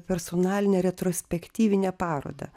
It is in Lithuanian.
personalinę retrospektyvinę parodą